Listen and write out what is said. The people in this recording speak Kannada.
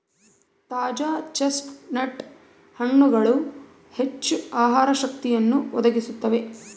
ತಾಜಾ ಚೆಸ್ಟ್ನಟ್ ಹಣ್ಣುಗಳು ಹೆಚ್ಚು ಆಹಾರ ಶಕ್ತಿಯನ್ನು ಒದಗಿಸುತ್ತವೆ